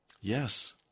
Yes